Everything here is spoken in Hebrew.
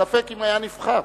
ספק אם היה נבחר,